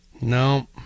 No